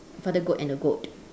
father goat and a goat